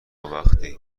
وقتی